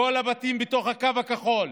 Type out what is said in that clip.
כל הבתים בתוך הקו הכחול.